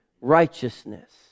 righteousness